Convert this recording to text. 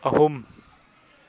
ꯑꯍꯨꯝ